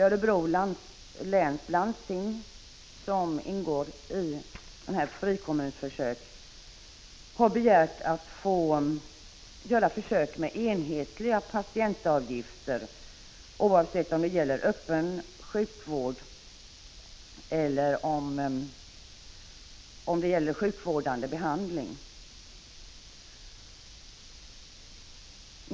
Örebro läns landsting, som ingår i ett sådant här frikommunsförsök , har begärt att få göra försök med enhetliga patientavgifter, oavsett om det gäller öppen sjukvård eller sjukvårdande behandling.